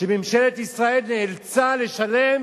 כשממשלת ישראל נאלצה לשלם